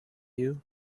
you